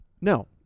No